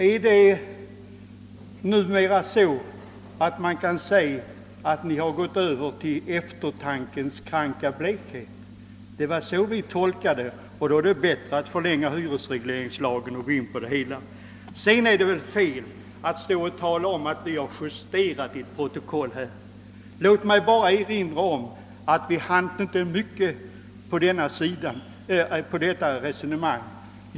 är det eftertankens kranka blekhet som gör sig gällande? Så har vi i alla fall tolkat saken, och då är det bättre att förlänga hyresregleringslagen för att sedan ånyo ta upp frågan i hela dess vidd. Talet om att vi justerade i ett protokoll är felaktigt. Låt mig bara erinra om att vi inte hann så långt i det resonemanget.